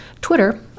Twitter